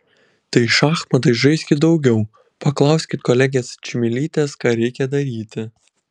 tai šachmatais žaiskit daugiau paklauskit kolegės čmilytės ką reikia daryti